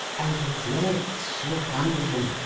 and his legs shook under him.